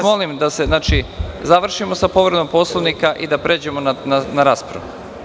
Molim vas da završimo sa povredom Poslovnika i da pređemo na raspravu.